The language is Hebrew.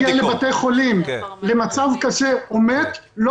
כי מי שמגיע לבתי חולים במצב קשה או מת לא